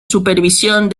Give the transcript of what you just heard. supervisión